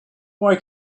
why